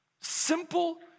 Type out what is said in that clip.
simple